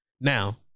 Now